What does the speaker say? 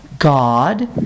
God